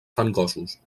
fangosos